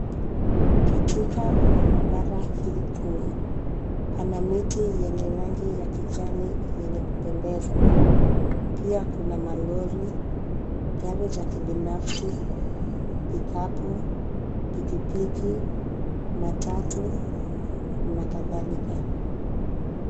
Katika barabara hii kuu pana miti yenye rangi ya kijani yenye kupendeza. Pia kuna malori, gari za kibinafsi, pikapu, pikipiki, matatu na kadhalika.